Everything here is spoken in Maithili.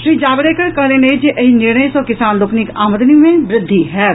श्री जावडेकर कहलनि अछि जे एहि निर्णय सँ किसान लोकनिक आमदनी मे वृद्धि होयत